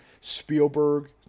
Spielberg